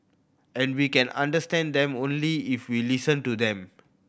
and we can understand them only if we listen to them